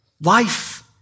Life